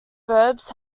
verbs